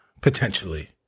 potentially